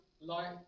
light